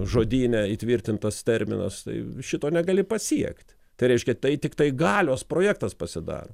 žodyne įtvirtintas terminas tai šito negali pasiekt tai reiškia tai tiktai galios projektas pasidaro